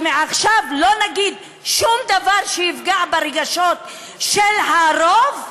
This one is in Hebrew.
אז מעכשיו לא נגיד שום דבר שיפגע ברגשות של הרוב?